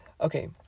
Okay